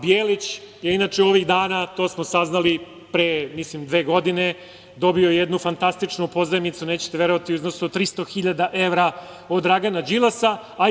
Bijelić je inače ovih dana, to smo saznali pre, mislim, dve godine, dobio jednu fantastičnu pozajmicu, nećete verovati, u iznosu od 300 hiljada evra od Dragana Đilasa.